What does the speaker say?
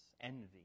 envy